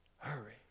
Hurry